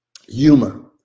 humor